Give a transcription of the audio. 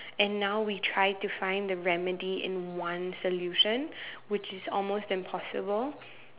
and now we've tried to find the remedy in one solution which is almost impossible